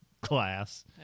class